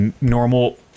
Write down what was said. normal